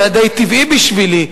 היה די טבעי בשבילי,